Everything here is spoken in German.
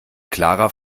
klarer